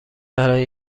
برای